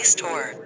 Store